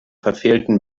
verfehlten